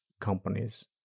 companies